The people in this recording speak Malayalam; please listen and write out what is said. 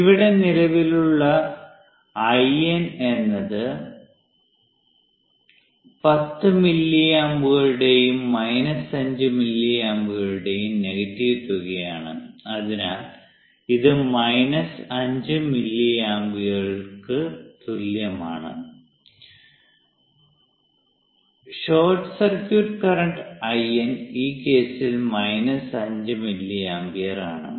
ഇവിടെ നിലവിലുള്ള IN എന്നത് 10 മില്ലിയാമ്പുകളുടെയും മൈനസ് 5 മില്ലിയാമ്പുകളുടെയും നെഗറ്റീവ് തുകയാണ് അതിനാൽ ഇത് മൈനസ് 5 മില്ലി ആമ്പിയറുകൾക്ക് തുല്യമാണ് ഷോർട്ട് സർക്യൂട്ട് കറന്റ് IN ഈ കേസിൽ മൈനസ് 5 മില്ലി ആമ്പിയർ ആണ്